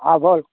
હા ભાઈ